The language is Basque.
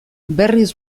berriz